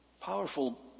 Powerful